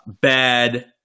bad